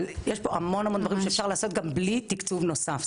יש פה המון דברים שאפשר לעשות גם בלי תקצוב נוסף,